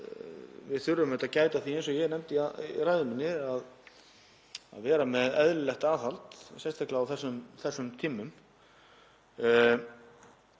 við þurfum að gæta að því, eins og ég nefndi í ræðu minni, að vera með eðlilegt aðhald, sérstaklega á þessum tímum.